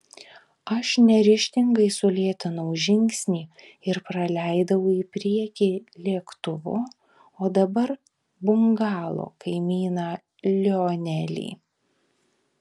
aš neryžtingai sulėtinau žingsnį ir praleidau į priekį lėktuvo o dabar bungalo kaimyną lionelį